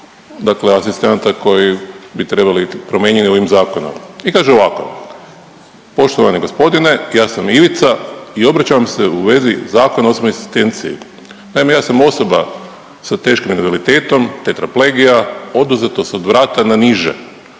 dakle asistenata koji bi trebali biti promijenjeni ovim zakonom i kaže ovako. Poštovani gospodine, ja sam Ivica i obraćam se u vezi Zakona o osobnoj asistenciji. Naime, ja sam osoba sa teškim invaliditetom, tetraplegija, oduzetost od vrata na niže,